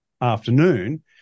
afternoon